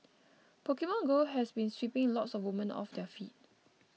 Pokemon Go has been sweeping lots of women off their feet